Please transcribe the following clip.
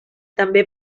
també